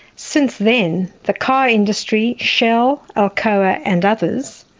since then, the car industry, shell, alcoa and others,